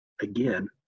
again